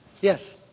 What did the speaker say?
Yes